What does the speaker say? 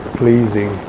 pleasing